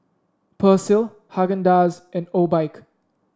Persil Haagen Dazs and Obike